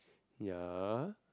ya